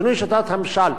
שינוי שיטת הממשל,